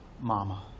mama